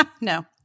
No